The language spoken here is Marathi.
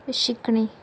शिकणे